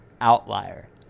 outlier